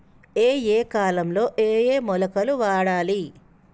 ఏయే కాలంలో ఏయే మొలకలు వాడాలి?